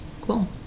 Cool